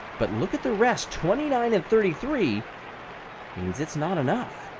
but look at the rest. twenty nine and thirty three means it's not enough.